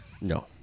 No